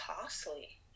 costly